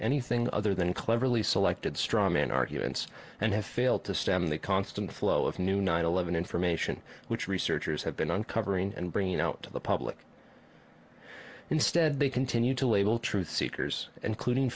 anything other than cleverly selected straw man arguments and have failed to stem the constant flow of new nine eleven information which researchers have been uncovering and bringing out to the public instead they continue to label truth seekers and cling